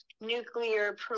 nuclear